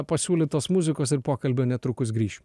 pasiūlytos muzikos ir pokalbio netrukus grįšiu